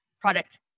product